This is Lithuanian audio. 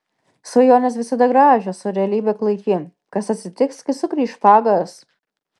svajonės visada gražios o realybė klaiki kas atsitiks kai sugrįš fagas